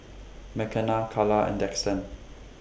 Makenna Kala and Daxton